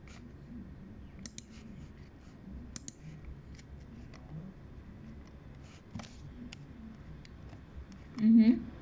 mmhmm